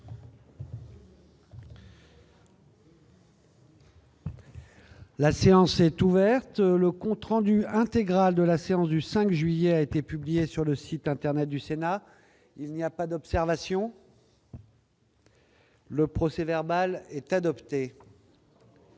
La séance est ouverte. Le compte rendu intégral de la séance du jeudi 5 juillet 2018 a été publié sur le site internet du Sénat. Il n'y a pas d'observation ?... Le procès-verbal est adopté.